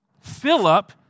Philip